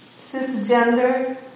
cisgender